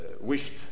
wished